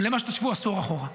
למה שתשוו עשור אחורה.